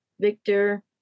Victor